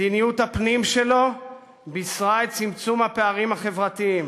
מדיניות הפנים שלו בישרה את צמצום הפערים החברתיים